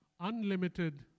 unlimited